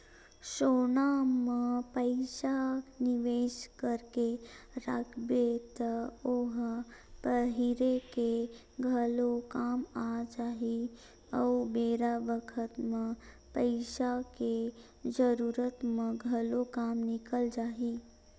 सोना म पइसा निवेस करके राखबे त ओ ह पहिरे के घलो काम आ जाही अउ बेरा बखत म पइसा के जरूरत म घलो काम निकल जाही